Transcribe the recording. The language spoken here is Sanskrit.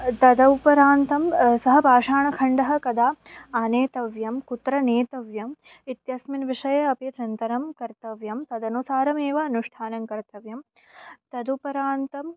तदुपरान्तं सः पाषाणखण्डः कदा आनेतव्यः कुत्र नेतव्यः इत्यस्मिन् विषये अपि चिन्तनं कर्तव्यं तदनुसारमेव अनुष्ठानं कर्तव्यं तदुपरान्तं